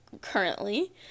currently